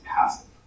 passive